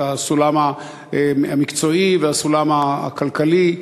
הסולם המקצועי והסולם הכלכלי,